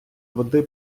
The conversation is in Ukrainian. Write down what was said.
води